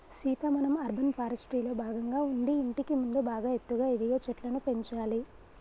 సీత మనం అర్బన్ ఫారెస్ట్రీలో భాగంగా ఉండి ఇంటికి ముందు బాగా ఎత్తుగా ఎదిగే చెట్లను పెంచాలి